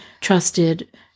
trusted